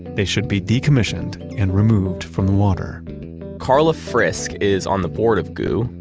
they should be decommissioned and removed from the water carla frisk is on the board of goo.